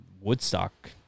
Woodstock